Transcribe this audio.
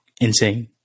insane